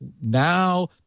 now